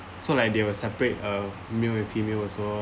so like they will separate uh male and female also